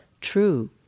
true